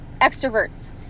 extroverts